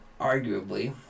arguably